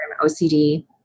ocd